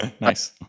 nice